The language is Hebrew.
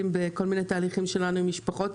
בכל מיני תהליכים שלנו עם משפחות,